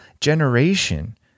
generation